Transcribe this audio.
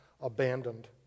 abandoned